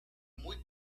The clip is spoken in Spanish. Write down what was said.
muy